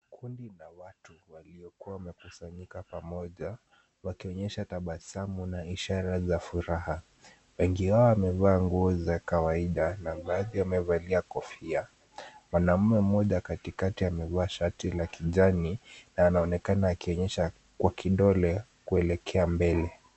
Kundi la watu waliokuwa wamekusanyika pamoja, wakionyesha tabasamu na ishara za furaha. Wengi wao wamevaa nguo za kawaida na baadhi wamevalia kofia. Mwanamme mmoja katikati amevaa shati la kijani na anaonekana akionyesha kwa kidole kuelekea mbele.